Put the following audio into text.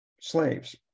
slaves